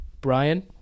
Brian